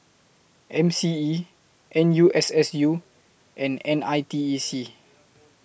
M C E N U S S U and N I T E C